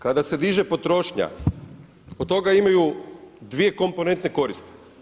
Kada se diže potrošnja od toga imaju dvije komponentne koristi.